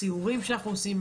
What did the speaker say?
סיורים שאנחנו עושים,